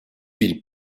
ville